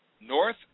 north